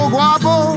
Guapo